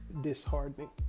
disheartening